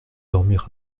dormir